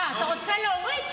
אה, אתה רוצה להוריד?